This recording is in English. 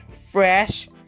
fresh